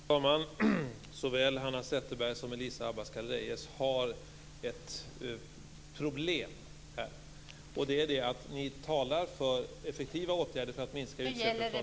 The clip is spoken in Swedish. Fru talman! Såväl Hanna Zetterberg som Elisa Abascal Reyes har ett problem här. Ni talar för effektiva åtgärder för att minska utsläppen.